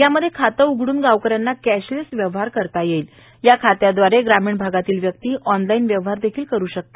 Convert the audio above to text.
ह्या मध्ये खाते उघडून गावकऱ्याना कॅशलेस व्यवहार करता येणार आहे या खात्यादवारे ग्रामिण भागातील व्यक्ती ऑनलाईन व्यवहार देखील करू शकते